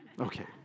Okay